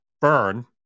burn